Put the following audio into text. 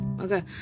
okay